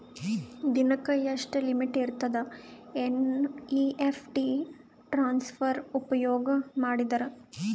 ದಿನಕ್ಕ ಎಷ್ಟ ಲಿಮಿಟ್ ಇರತದ ಎನ್.ಇ.ಎಫ್.ಟಿ ಟ್ರಾನ್ಸಫರ್ ಉಪಯೋಗ ಮಾಡಿದರ?